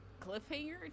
cliffhanger